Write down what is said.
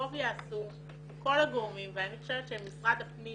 טוב יעשו כל הגורמים, ואני חושבת שמשרד הפנים